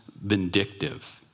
vindictive